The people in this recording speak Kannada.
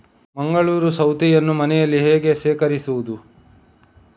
ಮಂಗಳೂರು ಸೌತೆಯನ್ನು ಮನೆಯಲ್ಲಿ ಹೇಗೆ ಶೇಖರಿಸುವುದು?